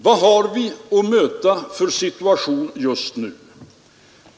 Vad har vi att möta för situation just nu?